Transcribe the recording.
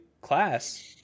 class